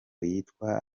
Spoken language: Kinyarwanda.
yitwa